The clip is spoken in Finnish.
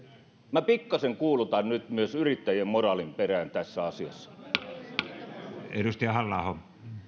minä pikkasen kuulutan nyt myös yrittäjien moraalin perään tässä asiassa